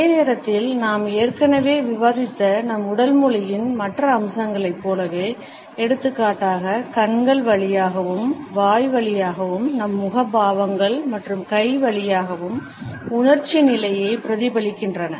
அதே நேரத்தில் நாம் ஏற்கனவே விவாதித்த நம் உடல் மொழியின் மற்ற அம்சங்களைப் போலவே எடுத்துக்காட்டாக கண்கள் வழியாகவும் வாய் வழியாகவும் நம் முகபாவங்கள் மற்றும் கை வழியாகவும் உணர்ச்சி நிலையை பிரதிபலிக்கின்றன